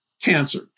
Cancer